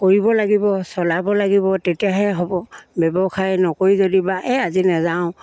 কৰিব লাগিব চলাব লাগিব তেতিয়াহে হ'ব ব্যৱসায় নকৰি যদি বা এ আজি নাযাওঁ